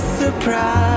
surprise